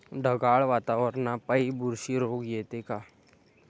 ढगाळ वातावरनापाई बुरशी रोग येते का?